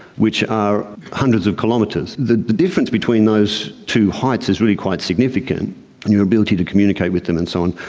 which are hundreds of kilometres. the difference between those two heights is really quite significant, and your ability to communicate with them and so on.